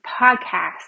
podcast